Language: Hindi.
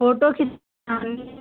फ़ोटो खिंचवानी है